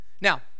Now